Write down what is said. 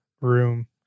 room